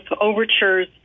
overtures